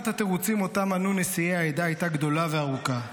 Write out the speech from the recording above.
התירוצים שאותם מנו נשיאי העדה הייתה גדולה וארוכה.